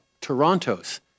Toronto's